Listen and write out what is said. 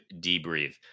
debrief